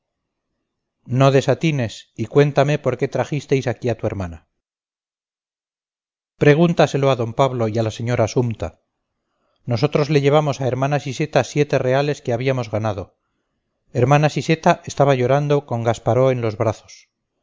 no desatines y cuéntame por qué trajisteis aquí a tu hermana pregúntaselo a d pablo y a la señora sumta nosotros le llevamos a hermana siseta siete reales que habíamos ganado hermana siseta estaba llorando con gasparó en brazos